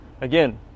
Again